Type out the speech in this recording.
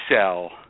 sell